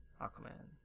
Aquaman